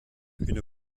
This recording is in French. une